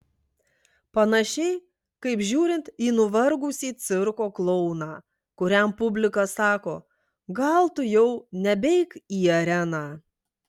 panašiai kaip žiūrint į nuvargusį cirko klouną kuriam publika sako gal tu jau nebeik į areną